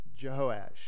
Jehoash